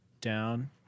down